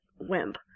wimp